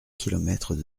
kilomètres